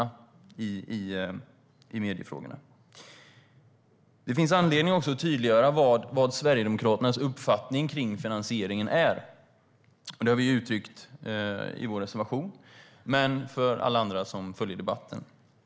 Det finns också anledning att tydliggöra vad Sverigedemokraternas uppfattning om finansieringen är. Det har vi uttryckt i vår reservation. Men för alla andra som följer debatten ska jag säga följande.